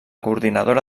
coordinadora